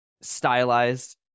stylized